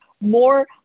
more